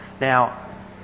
Now